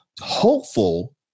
hopeful